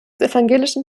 evangelischen